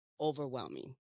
overwhelming